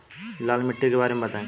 लाल माटी के बारे में बताई